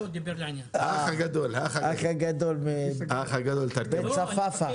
בוא נראה רגע את הנתון בחברות כרטיסי